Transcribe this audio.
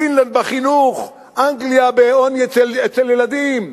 פינלנד בחינוך, אנגליה בעוני אצל ילדים,